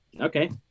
okay